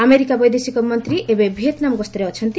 America ବୈଦେଶିକ ମନ୍ତ୍ରୀ ଏବେ ଭିଏତ୍ନାମ୍ ଗସ୍ତରେ ଅଛନ୍ତି